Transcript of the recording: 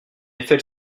effet